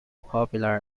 popular